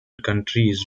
countries